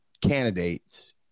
candidates –